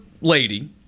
lady